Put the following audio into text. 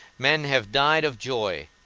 men have died of joy,